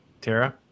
Tara